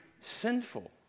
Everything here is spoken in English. sinful